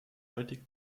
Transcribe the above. heutige